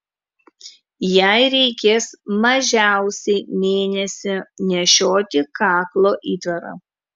jai reikės mažiausiai mėnesį nešioti kaklo įtvarą